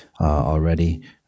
already